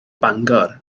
bangor